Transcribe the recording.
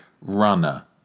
Runner